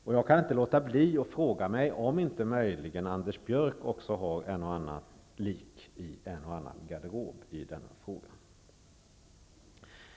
Jag kan inte heller låta bli att fråga mig om inte möjligen Anders Björck har ett och annat lik i en och annan garderob i denna fråga.